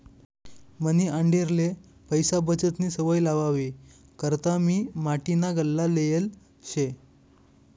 मनी आंडेरले पैसा बचतनी सवय लावावी करता मी माटीना गल्ला लेयेल शे